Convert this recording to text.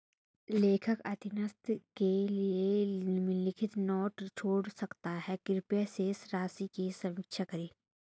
लेखाकार अधीनस्थ के लिए निम्नलिखित नोट छोड़ सकता है कृपया शेष राशि की समीक्षा करें